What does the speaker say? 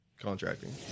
Contracting